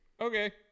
okay